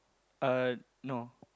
uh no